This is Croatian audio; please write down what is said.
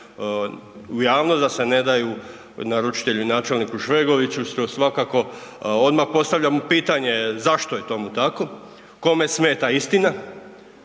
u javnost, da se ne daju naručitelju načelniku Švegoviću što svakako odmah postavljamo pitanje zašto je tomu tako, kome smeta istina,